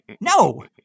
no